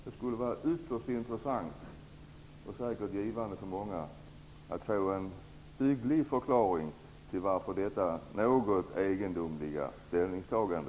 Det skulle vara ytterst intressant och säkerligen givande för många att få en hygglig förklaring till detta något egendomliga ställningstagande.